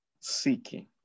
Seeking